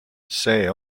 see